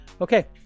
Okay